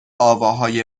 آواهای